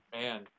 Man